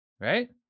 Right